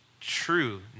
true